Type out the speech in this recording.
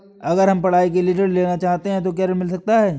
अगर हम पढ़ाई के लिए ऋण लेना चाहते हैं तो क्या ऋण मिल सकता है?